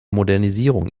modernisierung